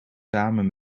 samen